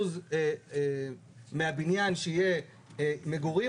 מהבניין שיהיה מגורים.